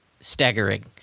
staggering